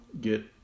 get